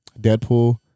Deadpool